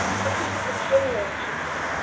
so this is a canyon, she said.